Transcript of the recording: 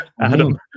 Adam